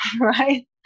right